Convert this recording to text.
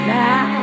now